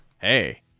hey